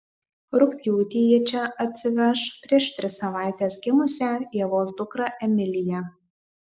rugpjūtį ji čia atsiveš prieš tris savaites gimusią ievos dukrą emiliją